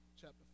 chapter